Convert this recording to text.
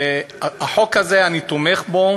החוק הזה, אני תומך בו,